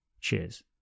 Cheers